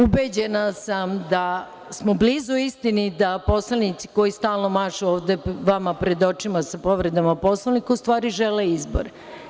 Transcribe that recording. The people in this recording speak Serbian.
Ubeđena sam da smo blizu istini da poslanici koji stalno mašu ovde vama pred očima sa povredama Poslovnika, ustvari, žele izbore.